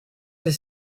his